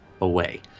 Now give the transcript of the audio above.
away